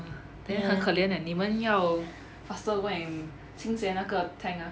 then 很可怜 leh 你们要 faster go and 清洁那个 tank ah